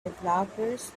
developers